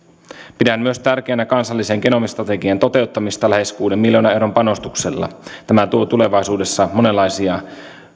rahoja pidän tärkeänä myös kansallisen genomistrategian toteuttamista lähes kuuden miljoonan euron panostuksella tämä tuo tulevaisuudessa monenlaisia